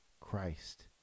Christ